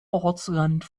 ortsrand